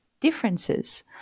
differences